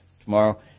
Tomorrow